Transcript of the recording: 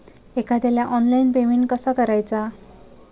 एखाद्याला online payment कसा करायचा?